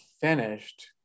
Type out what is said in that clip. finished